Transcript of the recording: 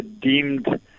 deemed